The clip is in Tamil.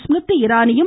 ஸ்மிருதி இரானியும்